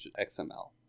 XML